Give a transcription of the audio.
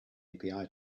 api